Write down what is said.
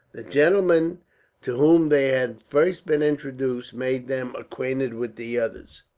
the gentleman to whom they had first been introduced made them acquainted with the others.